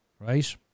right